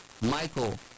Michael